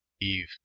Eve